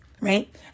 right